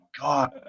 God